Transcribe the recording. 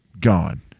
gone